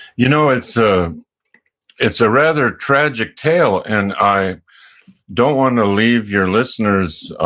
you know it's ah it's a rather tragic tale, and i don't want to leave your listeners